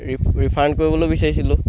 ৰি ৰিফাণ্ড কৰিবলৈ বিচাৰিছিলোঁ